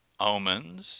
omens